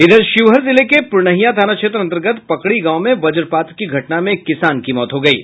वहीं शिवहर जिले के पुरनहिया थाना क्षेत्र अंतर्गत पकड़ी गांव में वज्रपात की घटना में एक किसान की मौत हो गयी